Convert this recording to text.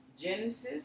Genesis